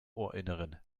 ohrinneren